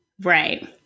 right